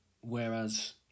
whereas